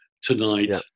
tonight